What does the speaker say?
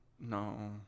No